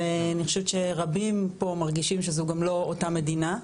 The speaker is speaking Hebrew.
ואני חושבת שרבים פה מרגישים שזו גם לא אותה מדינה,